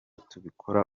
tubikora